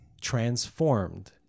transformed